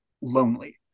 lonely